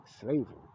slavery